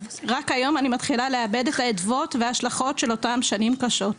רק היום אני מתחילה לעבד את האדוות וההשלכות של אותן שנים קשות.